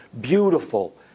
beautiful